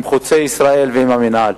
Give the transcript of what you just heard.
עם "חוצה ישראל" ועם המינהל,